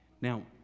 Now